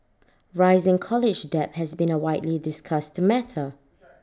rising college debt has been A widely discussed matter